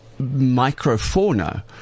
microfauna